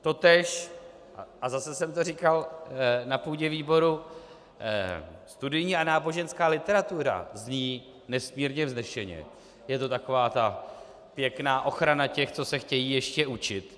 Totéž, a zase jsem to říkal na půdě výboru, studijní a náboženská literatura zní nesmírně vznešeně, je to taková pěkná ochrana těch, co se chtějí ještě učit.